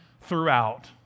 throughout